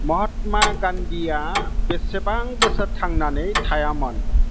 महात्मा गान्धीया बेसेबां बोसोर थांनानै थायामोन